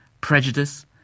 prejudice